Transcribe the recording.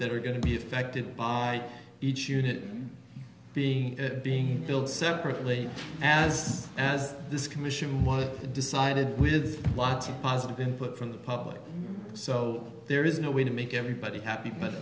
that are going to be affected by each unit being being built separately as as this commission was decided with lots of positive input from the public so there is no way to make everybody happy but